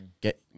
get